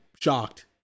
shocked